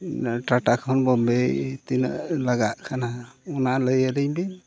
ᱴᱟᱴᱟ ᱠᱷᱚᱱ ᱵᱳᱢᱵᱮ ᱛᱤᱱᱟᱹᱜ ᱞᱟᱜᱟᱜ ᱠᱟᱱᱟ ᱚᱱᱟ ᱞᱟᱹᱭ ᱟᱹᱞᱤᱧ ᱵᱤᱱ